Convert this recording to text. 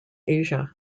asia